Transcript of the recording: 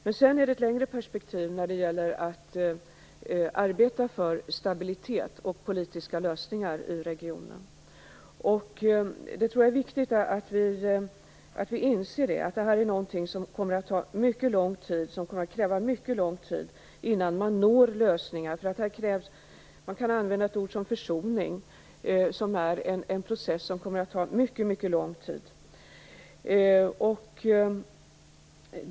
Sedan finns det ett längre perspektiv där det gäller att arbeta för stabilitet och politiska lösningar i regionen. Jag tror att det är viktigt att vi inser det. Det kommer att ta mycket lång tid innan man når lösningar. Här krävs försoning. Det är en process som kommer att ta mycket lång tid.